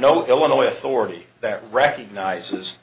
no illinois authority that recognizes